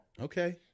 okay